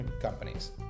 companies